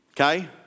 Okay